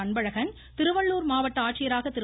அன்பழகன் திருவள்ளூர் மாவட்ட ஆட்சியராக திரு